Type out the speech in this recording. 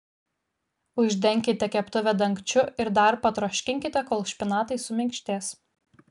uždenkite keptuvę dangčiu ir dar patroškinkite kol špinatai suminkštės